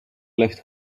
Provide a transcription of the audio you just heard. left